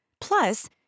Plus